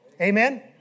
Amen